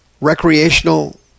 Recreational